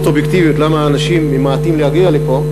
אובייקטיביות למה אנשים ממעטים להגיע לפה,